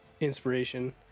inspiration